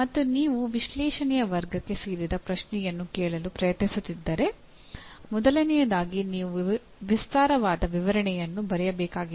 ಮತ್ತು ನೀವು ವಿಶ್ಲೇಷಣೆಯ ವರ್ಗಕ್ಕೆ ಸೇರಿದ ಪ್ರಶ್ನೆಯನ್ನು ಕೇಳಲು ಪ್ರಯತ್ನಿಸುತ್ತಿದ್ದರೆ ಮೊದಲನೆಯದಾಗಿ ನೀವು ವಿಸ್ತಾರವಾದ ವಿವರಣೆಯನ್ನು ಬರೆಯಬೇಕಾಗಿದೆ